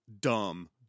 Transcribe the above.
dumb